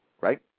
right